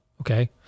Okay